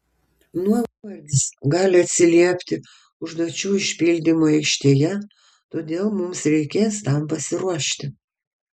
nuovargis gali atsiliepti užduočių išpildymui aikštėje todėl mums reikės tam pasiruošti